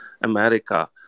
America